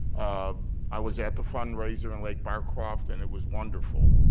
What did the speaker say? i was at the fundraiser in lack barcroft and it was wonderful.